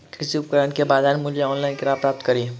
कृषि उपकरण केँ बजार मूल्य ऑनलाइन केना प्राप्त कड़ी?